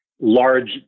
large